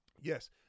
yes